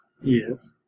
Yes